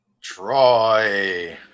Troy